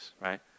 right